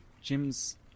Jim's